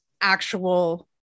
actual